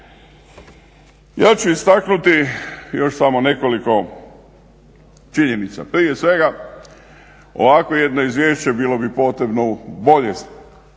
Ja ću istaknuti još samo nekoliko činjenica. Prije svega ovakvo jedno izvješće bilo bi potrebno zaokružiti,